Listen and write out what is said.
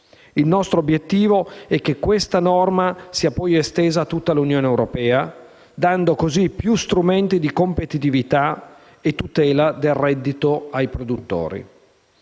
Il nostro obiettivo è che questa norma sia poi estesa a tutta l'Unione europea, dando così più strumenti di competitività e tutela del reddito ai produttori.